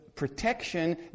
Protection